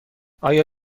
آیا